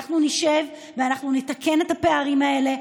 אנחנו נשב ואנחנו נתקן את הפערים האלה.